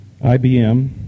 IBM